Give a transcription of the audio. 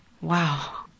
wow